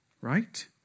right